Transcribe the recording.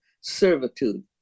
servitude